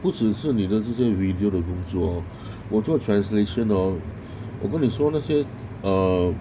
不只是你的这些 radio 的工作我做 translation hor 我跟你说那些 uh